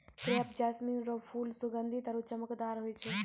crepe jasmine रो फूल सुगंधीत आरु चमकदार होय छै